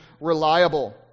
reliable